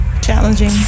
challenging